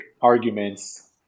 arguments